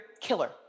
killer